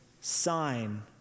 sign